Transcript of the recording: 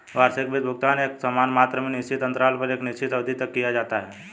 वार्षिक वित्त भुगतान एकसमान मात्रा में निश्चित अन्तराल पर एक निश्चित अवधि तक किया जाता है